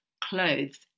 clothes